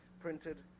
printed